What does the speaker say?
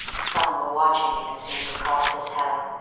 some were watching me, it seemed, across this hell.